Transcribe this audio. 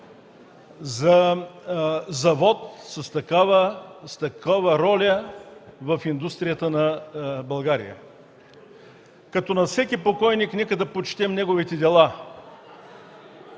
за завод с такава роля в индустрията на България. Като на всеки покойник, нека да почетем неговите дела.